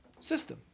system